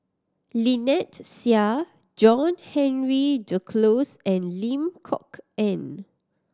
Lynnette Seah John Henry Duclos and Lim Kok Ann